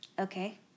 Okay